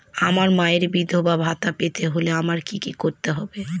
আমার মায়ের বিধবা ভাতা পেতে হলে আমায় কি কি করতে হবে?